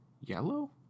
Yellow